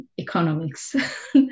economics